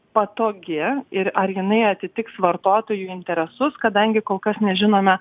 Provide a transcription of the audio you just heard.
patogi ir ar jinai atitiks vartotojų interesus kadangi kol kas nežinome